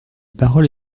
parole